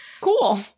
cool